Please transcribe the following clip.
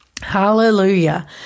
Hallelujah